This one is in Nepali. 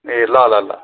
ए ल ल ल